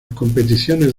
competiciones